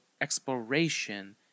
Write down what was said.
exploration